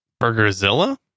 Burgerzilla